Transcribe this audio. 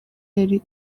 yari